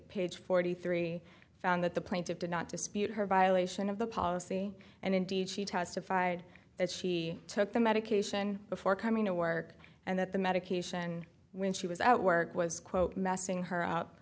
page forty three found that the plaintiffs did not dispute her violation of the policy and indeed she testified that she took the medication before coming to work and that the medication when she was out work was quote messing her